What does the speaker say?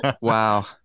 Wow